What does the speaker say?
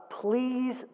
Please